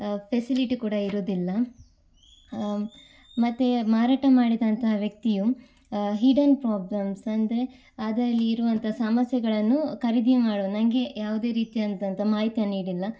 facility ಕೂಡ ಇರುವುದಿಲ್ಲ ಮತ್ತು ಮಾರಾಟ ಮಾಡಿದಂಥ ವ್ಯಕ್ತಿಯು ಹಿಡನ್ ಪ್ರಾಬ್ಲಮ್ಸ್ ಅಂದರೆ ಅದರಲ್ಲಿ ಇರುವಂಥ ಸಮಸ್ಯೆಗಳನ್ನು ಖರೀದಿ ಮಾಡು ನನಗೆ ಯಾವುದೇ ರೀತಿಯಾದಂಥ ಮಾಹಿತಿ ನೀಡಿಲ್ಲ